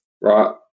right